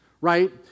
right